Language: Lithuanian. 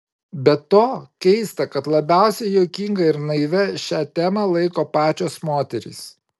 be to keista kad labiausiai juokinga ir naivia šią temą laiko pačios moterys